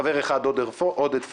חוה אתי עטיה,